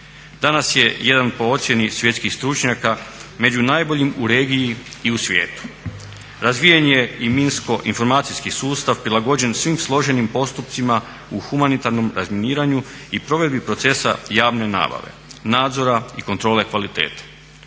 Danas je jedan po ocjeni svjetskih stručnjaka među najboljim u regiji i u svijetu. razvijen je i minsko informacijski sustav prilagođen svim složenim postupcima u humanitarnom razminiranju i provedbi procesa javne nabave, nadzora i kontrole kvalitete.